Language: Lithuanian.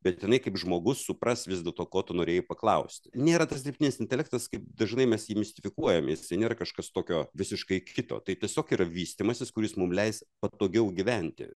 bet jinai kaip žmogus supras vis dėlto ko tu norėjai paklausti nėra tas dirbtinis intelektas kaip dažnai mes jį mistifikuojam jisai nėra kažkas tokio visiškai kito tai tiesiog yra vystymasis kuris mum leis patogiau gyventi